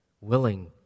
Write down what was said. willing